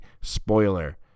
Spoiler